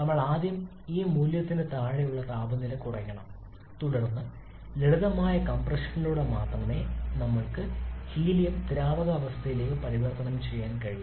ഞങ്ങൾ ആദ്യം ഈ മൂല്യത്തിന് താഴെയുള്ള താപനില കുറയ്ക്കണം തുടർന്ന് ലളിതമായ കംപ്രഷനിലൂടെ മാത്രമേ നിങ്ങൾക്ക് ഹീലിയം ദ്രാവകാവസ്ഥയിലേക്ക് പരിവർത്തനം ചെയ്യാൻ കഴിയൂ